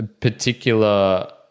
particular